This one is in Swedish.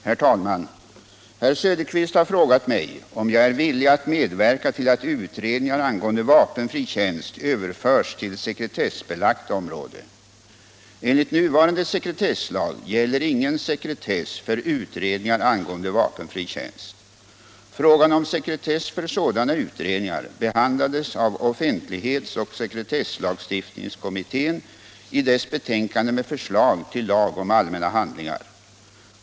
Herr talman! Herr Söderqvist har frågat mig om jag är villig att medverka till att utredningar angående vapenfri tjänst överförs till sekretessbelagt område. Enligt nuvarande sekretesslag gäller ingen sekretess för utredningar angående vapenfri tjänst. Frågan om sekretess för sådana utredningar behandlades av offentlighetsoch sekretesslagstiftningskommittén i dess betänkande med förslag till lag om allmänna handlingar.